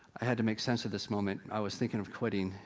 i had to make sense of this moment. i was thinking of quitting,